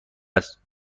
است